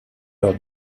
lors